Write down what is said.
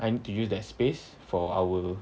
I need to use that space for our